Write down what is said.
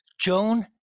Joan